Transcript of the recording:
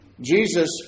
Jesus